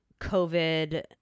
COVID